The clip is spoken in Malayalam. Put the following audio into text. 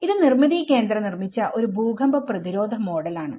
ഇത് നിർമ്മിതി കേന്ദ്ര നിർമ്മിച്ച ഒരു ഭൂകമ്പ പ്രതിരോധ മോഡലാണ്